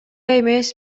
эмес